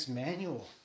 manual